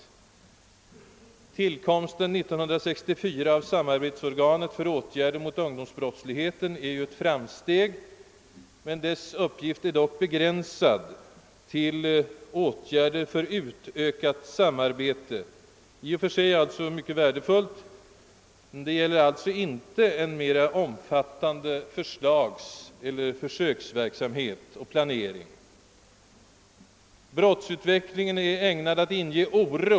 Tillkomsten 1964 av samarbetsorganet för åtgärder mot ungdomsbrottslighet är ju ett framsteg, men dess uppgifter är dock begränsade till åtgärder för utökat samarbete, i och för sig mycket värdefullt. Det pågår inom detta organ alltså inte en i varje fall mera omfattande förslagseller försöksverksamhet och planering. Brottsutvecklingen är ägnad att inge oro.